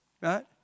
Right